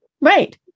Right